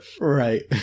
right